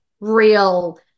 real